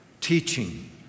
teaching